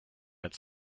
had